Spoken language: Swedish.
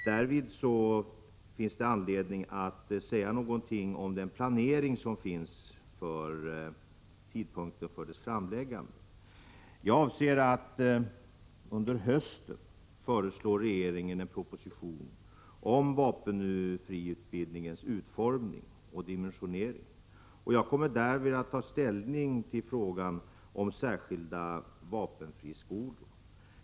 Därmed finns det anledning att säga något om tidsplaneringen för propositionens framläggande. Jag avser att under hösten framlägga en proposition om vapenfriutbildningens utformning och dimensionering. Jag kommer därvid att ta ställning till frågan om särskilda vapenfriskolor.